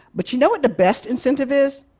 but you know what the best incentive is?